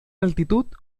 altitud